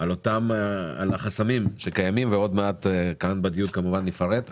על החסמים שקיימים ועוד מעט בדיון נפרט אותם.